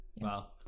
Wow